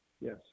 yes